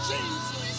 Jesus